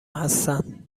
هستن